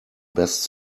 best